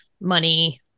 money